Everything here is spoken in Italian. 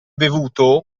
bevuto